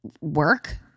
work